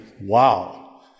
Wow